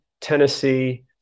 Tennessee